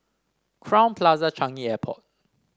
Crowne Plaza Changi Airport